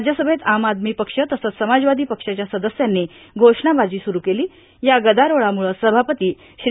राज्यसभेत आम आदमी पक्ष तसंच समाजवादी पक्षाच्या सदस्यांनी घोषणाबाजी स्रुरू केली या गदारोळामुळं सभापती श्री